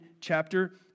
chapter